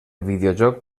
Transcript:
videojoc